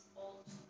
old